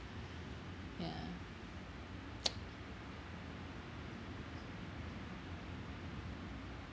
ya